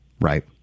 Right